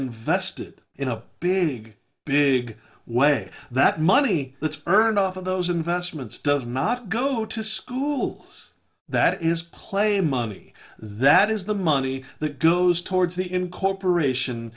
invested in a big big way that money that's earned off of those investments does not go to school that is play money that is the money that goes towards the incorporation